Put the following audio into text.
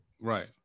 Right